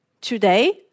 Today